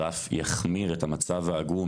שאף יחמיר את המצב העגום,